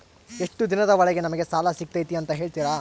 ಎಷ್ಟು ದಿನದ ಒಳಗೆ ನಮಗೆ ಸಾಲ ಸಿಗ್ತೈತೆ ಅಂತ ಹೇಳ್ತೇರಾ?